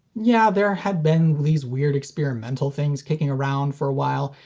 yeah, there had been these weird experimental things kicking around for a while,